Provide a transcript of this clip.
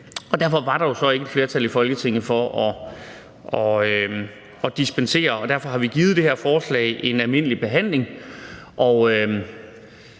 Derfor var der jo så ikke et flertal i Folketinget for at dispensere, og derfor har vi givet det her forslag en almindelig behandling.